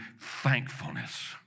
thankfulness